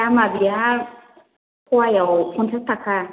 दामा बेहा फआयाव प'नसास थाखा